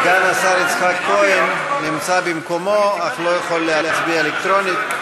סגן השר יצחק כהן נמצא במקומו אך לא יכול להצביע אלקטרונית.